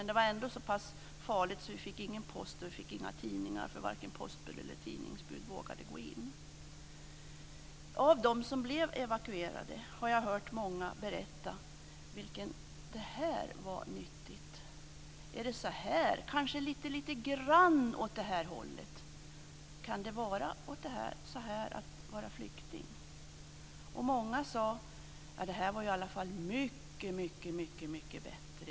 Det var ändå så farligt att vi inte fick någon post eller tidningar, eftersom varken post eller tidningsbud vågade gå in i området. Av dem som blev evakuerade har jag hört många säga: Det här var nyttigt. Är det kanske lite åt det här hållet det kan vara att vara flykting? Många sade: Det här var i alla fall väldigt mycket bättre.